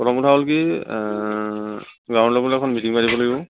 প্ৰথম কথা হ'ল কি গাঁৱৰ লগতো এখন মিটিং পাতিব লাগিব